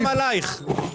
גם עלייך.